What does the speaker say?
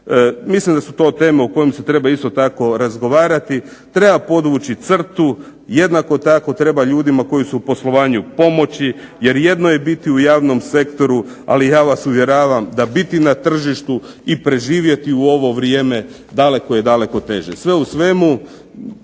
Mislim da su to teme o kojima se isto tako treba razgovarati. Treba podvući crtu, jednako tako treba ljudima koji su u poslovanju pomoći, jer jedno je biti u javnom sektoru. Ali ja vas uvjeravam da biti na tržištu i preživjeti u ovo vrijeme daleko, daleko je teže.